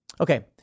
Okay